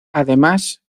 además